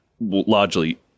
largely